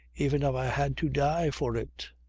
even if i had to die for it!